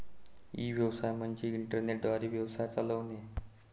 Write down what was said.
E व्यवसाय म्हणजे internet द्वारे व्यवसाय चालवणे